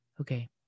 Okay